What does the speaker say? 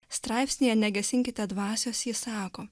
straipsnyje negesinkite dvasios ji sako